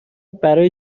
برا